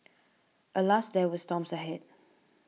alas there were storms ahead